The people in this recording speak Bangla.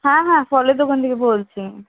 হ্যাঁ হ্যাঁ ফলের দোকান থেকে বলছি